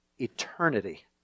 eternity